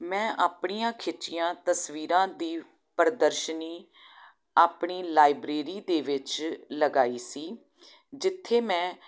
ਮੈਂ ਆਪਣੀਆਂ ਖਿੱਚੀਆਂ ਤਸਵੀਰਾਂ ਦੀ ਪ੍ਰਦਰਸ਼ਨੀ ਆਪਣੀ ਲਾਈਬ੍ਰੇਰੀ ਦੇ ਵਿੱਚ ਲਗਾਈ ਸੀ ਜਿੱਥੇ ਮੈਂ